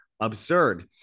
Absurd